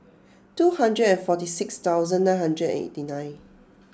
two hundred and forty six thousand nine hundred and eighty nine